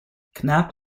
knapp